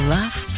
Love